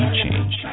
change